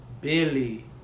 Billy